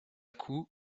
coup